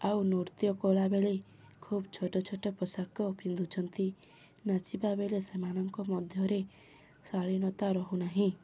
ଆଉ ନୃତ୍ୟ କଲାବେଳେ ଖୁବ ଛୋଟ ଛୋଟ ପୋଷାକ ପିନ୍ଧୁଛନ୍ତି ନାଚିବା ବେଳେ ସେମାନଙ୍କ ମଧ୍ୟରେ ଶାଳୀନତା ରହୁନାହିଁ